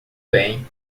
bem